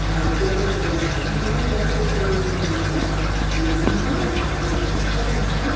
ತೊಂದರೆ ಕೊಡುವಂಥದು ನಾನಿದು ಯಾಕೆ ಹೇಳ್ತಾಯಿದೀನಿ ಅಂತ್ಹೇಳಿದ್ರೆ ನಮ್ಮ ಸುತ್ತಮುತ್ತ